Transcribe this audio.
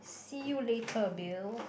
see you later Bill